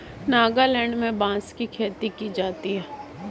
नागालैंड में बांस की खेती की जाती है